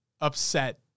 upset